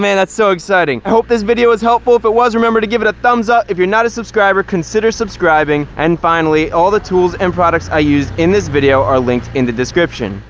that's so exciting! i hope this video was helpful. if it was, remember to give it a thumbs up. if you're not a subscriber, consider subscribing, and finally, all the tools and products i used in this video are linked in the description.